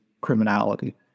criminality